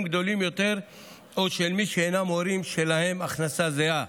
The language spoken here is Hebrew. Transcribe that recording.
גדולים יותר או של מי שאינם הורים שלהם הכנסה זהה.